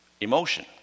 emotion